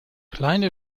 kleine